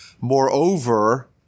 Moreover